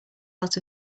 out